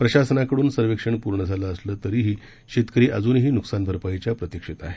प्रशासनाकडून सर्वेक्षण पूर्ण झालं असलं तरीही शेतकरी अजूनही नुकसान भरपाईच्या प्रतिक्षेत आहेत